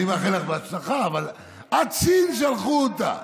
אני מאחל לך בהצלחה, אבל עד סין שלחו אותה.